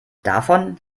davon